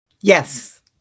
Yes